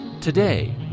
Today